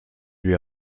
lui